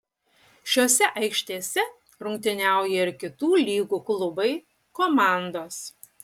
šiose aikštėse rungtyniauja ir kitų lygų klubai komandos